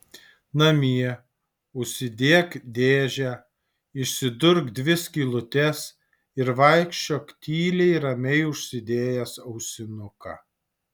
namie užsidėk dėžę išsidurk dvi skylutes ir vaikščiok tyliai ramiai užsidėjęs ausinuką